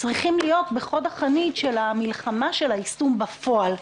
צריכים להיות בחוד החנית של המלחמה של היישום בפועל.